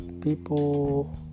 people